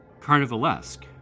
carnivalesque